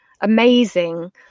amazing